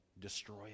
destroy